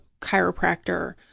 chiropractor